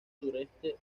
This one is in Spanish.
suroeste